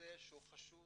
נושא שהוא חשוב